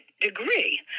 degree